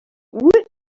woot